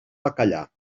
bacallà